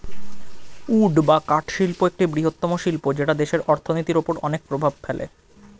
would বা কাঠ শিল্প একটি বৃহত্তম শিল্প যেটা দেশের অর্থনীতির ওপর অনেক প্রভাব ফেলে